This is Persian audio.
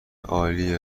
عالی